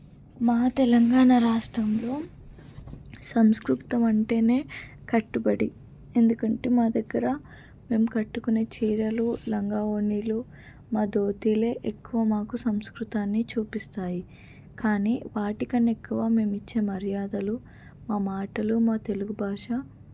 మా తెలంగాణ రాష్ట్రంలో సంస్కృతం అంటేనే కట్టుబడి ఎందుకంటే మా దగ్గర మేము కట్టుకునే చీరలు లంగా వోణీలు మా దోతీలే ఎక్కువ మాకు సంస్కృతాన్ని చూపిస్తాయి కానీ వాటికన్నా ఎక్కువ మేము ఇచ్చే మర్యాదలు మా మాటలు మా తెలుగు భాష